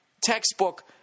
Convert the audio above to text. Textbook